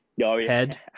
head